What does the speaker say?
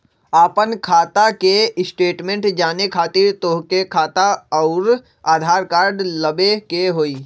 आपन खाता के स्टेटमेंट जाने खातिर तोहके खाता अऊर आधार कार्ड लबे के होइ?